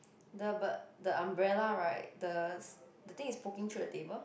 the but the umbrella right the the thing is poking through the table